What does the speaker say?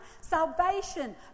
salvation